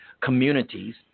communities